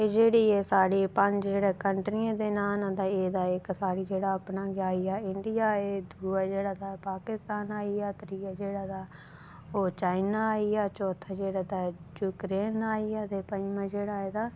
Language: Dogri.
जेहड़ी एह् साढी पंज कंट्री दे नांऽ ना एह्दा इक एह् साढी अपना गै आई गेआ इंडिया दूआ जेहडा तां पाकिस्तान आई गेआ त्रीया जेहडा ओह् आई गेआ चाइना आई गेआ ते चौथा जेहडा तां यूक्रेन आई गेआ ते पंजमां जेह्ड़ा ते